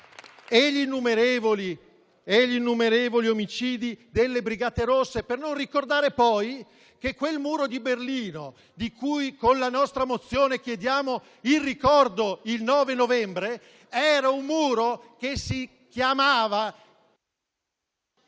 agli innumerevoli omicidi delle Brigate rosse. Come non ricordare poi che quel Muro di Berlino di cui con la nostra mozione chiediamo il ricordo il 9 novembre si chiamava